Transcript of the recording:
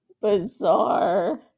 bizarre